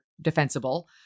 defensible